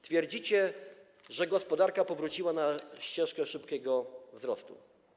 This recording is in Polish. Twierdzicie, że gospodarka powróciła na ścieżkę szybkiego wzrostu.